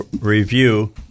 Review